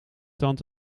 tand